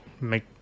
make